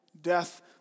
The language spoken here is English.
Death